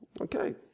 Okay